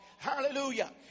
Hallelujah